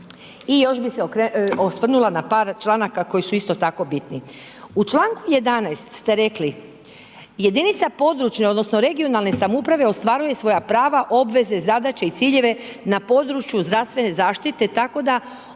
I još bi se osvrnula na par članaka koji su isto tako bitni. U članku 11. ste rekli: „Jedinica područne odnosno regionalne samouprave ostvaruje svoja prava, obveze, zadaće i ciljeve na području zdravstvene zaštite tako da